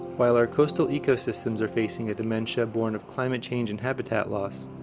while our coastal ecosystems are facing a dementia borne of climate change and habitat loss,